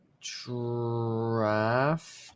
Draft